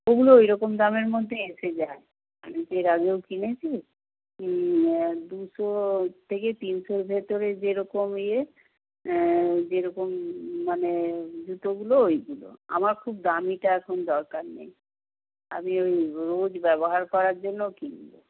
ওগুলো ওই রকম দামের মধ্যেই এসে যায় আমি তো এর আগেও কিনেছি দুশো থেকে তিনশোর ভেতরে যেরকম ইয়ে যেরকম মানে জুতোগুলো ওইগুলো আমার খুব দামিটা এখন দরকার নেই আমি ওই রোজ ব্যবহার করার জন্য কিনবো